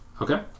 Okay